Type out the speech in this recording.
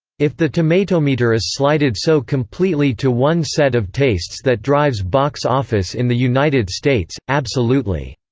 if the tomatometer is slighted so completely to one set of tastes that drives box office in the united states, absolutely.